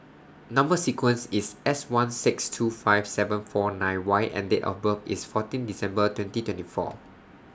Number sequence IS S one six two five seven four nine Y and Date of birth IS fourteen December twenty twenty four